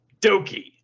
Doki